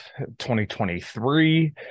2023